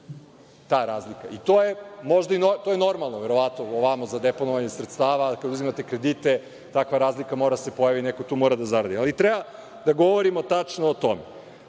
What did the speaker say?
ta razlika. To je normalno verovatno ovamo za deponovanje sredstava, ali kada uzimate kredite, takva razlika mora da se pojavi i neko tu mora da zaradi. Treba da govorimo tačno o tome.O